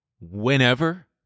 whenever